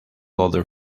other